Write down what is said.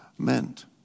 meant